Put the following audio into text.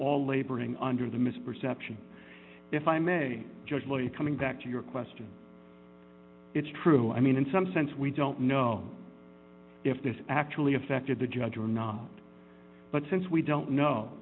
all laboring under the misperception if i may judge lawyer coming back to your question it's true i mean in some sense we don't know if this actually affected the judge or not but since we don't know